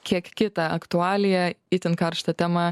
kiek kitą aktualiją itin karštą temą